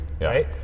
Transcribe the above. right